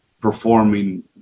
performing